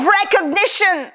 recognition